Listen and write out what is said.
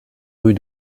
rue